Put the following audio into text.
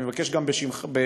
ואני מבקש גם ממך,